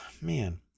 man